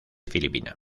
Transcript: filipina